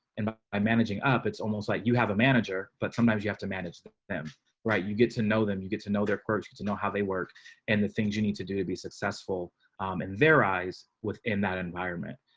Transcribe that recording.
and but um managing up. it's almost like you have a manager, but sometimes you have to manage them them right. you get to know them. you get to know their quirks. get to know how they work and the things you need to do to be successful in their eyes within that environment.